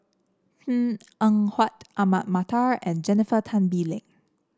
Png Eng Huat Ahmad Mattar and Jennifer Tan Bee Leng